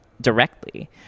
directly